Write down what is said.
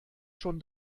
schon